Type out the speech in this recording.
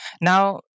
Now